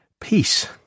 peace